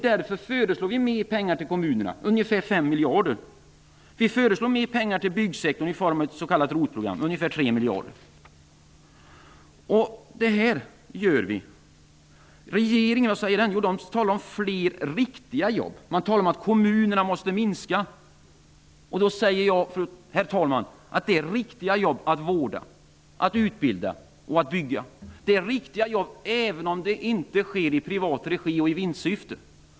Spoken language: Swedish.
Därför föreslår vi mera pengar till kommunerna -- ungefär fem miljarder. Vi föreslår mera pengar till byggsektorn i form av ett s.k. ROT program på cirka tre miljarder. Detta är vad vi föreslår. Regeringen talar om att det skall bli fler ''riktiga'' jobb. Man talar om att kommunsektorn måste minska. Jag anser att det är riktiga jobb att vårda, utbilda och bygga. Det är riktiga jobb även om arbetet inte sker i privat regi och i vinstsyfte.